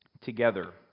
together